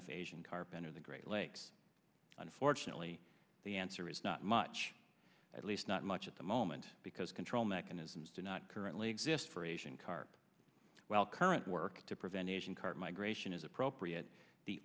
if asian carp enter the great lakes unfortunately the answer is not much at least not much at the moment because control mechanisms do not currently exist for asian carp while current work to prevent asian carp migration is appropriate the